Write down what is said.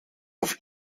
auf